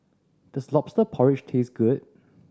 does Lobster Porridge taste good